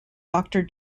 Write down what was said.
doctor